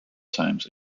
times